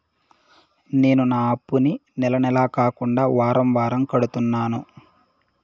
నేను నా అప్పుని నెల నెల కాకుండా వారం వారం కడుతున్నాను